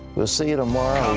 well see you tomorrow.